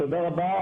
תודה רבה.